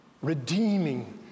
redeeming